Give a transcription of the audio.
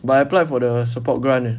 but I applied for the support grant eh